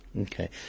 Okay